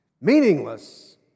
Meaningless